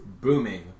booming